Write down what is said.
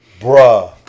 Bruh